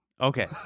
Okay